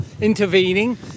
intervening